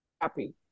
happy